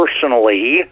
personally